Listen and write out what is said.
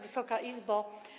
Wysoka Izbo!